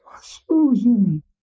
Susan